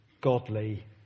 godly